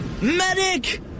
Medic